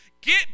get